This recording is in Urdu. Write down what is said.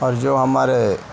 اور جو ہمارے